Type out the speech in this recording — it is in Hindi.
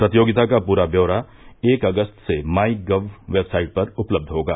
प्रतियोगिता का पूरा ब्यौरा एक अगस्त से माई गव वेबसाइट पर उपलब्ध होगा